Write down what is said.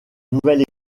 nouvelle